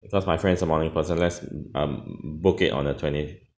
because my friend is a morning person let's uh book it on the twenty